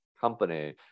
company